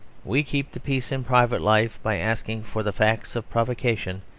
we keep the peace in private life by asking for the facts of provocation,